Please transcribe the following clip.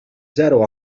zero